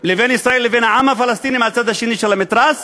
ובין ישראל לבין העם הפלסטיני בצד השני של המתרס.